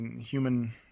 human